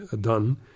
done